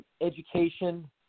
education